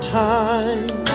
time